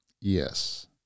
Yes